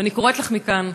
ואני קוראת לך מכאן,